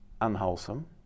unwholesome